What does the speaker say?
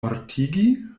mortigi